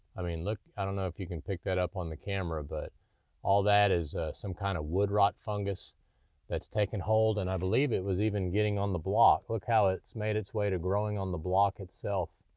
i mean look, i don't know if you can pick that up on the camera, but all that is some kind of wood rot fungus that's taken hold and i believe it was even getting on the block. look how it's made its way to growing on the block itself,